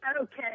Okay